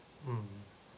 mmhmm